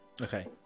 Okay